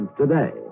today